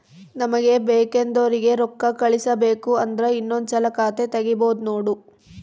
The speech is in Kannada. ನಮಗೆ ಬೇಕೆಂದೋರಿಗೆ ರೋಕ್ಕಾ ಕಳಿಸಬೇಕು ಅಂದ್ರೆ ಇನ್ನೊಂದ್ಸಲ ಖಾತೆ ತಿಗಿಬಹ್ದ್ನೋಡು